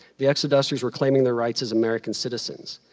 the exodusters were claiming their rights as american citizens,